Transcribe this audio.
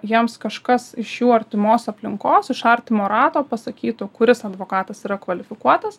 jiems kažkas iš jų artimos aplinkos iš artimo rato pasakytų kuris advokatas yra kvalifikuotas